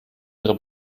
ihre